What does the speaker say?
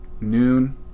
noon